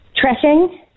tracking